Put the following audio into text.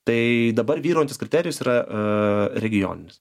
tai dabar vyraujantis kriterijus yra regioninis